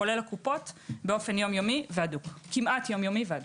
כולל הקופות באופן יום יומי כמעט והדוק.